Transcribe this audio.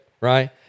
right